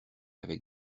avec